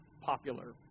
popular